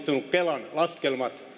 kelan laskelmat